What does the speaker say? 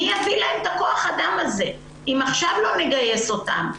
מי יביא להם את כוח האדם הזה אם עכשיו לא נגייס אותם?